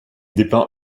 dépeint